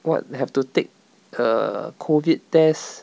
what have to take err COVID test